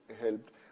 helped